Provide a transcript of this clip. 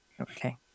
Okay